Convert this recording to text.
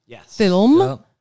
film